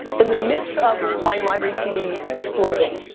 in the midst of wine library tv exploding,